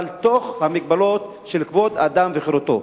אבל במגבלות של כבוד האדם וחירותו.